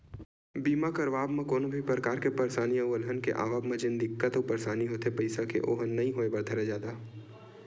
बीमा करवाब म कोनो भी परकार के परसानी अउ अलहन के आवब म जेन दिक्कत अउ परसानी होथे पइसा के ओहा नइ होय बर धरय जादा